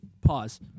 Pause